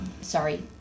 sorry